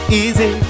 easy